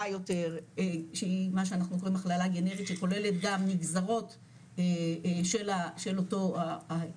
יותר שהיא מה שאנחנו קוראים הכללה גנרית שכוללת גם נגזרות של אותו החומר,